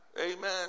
Amen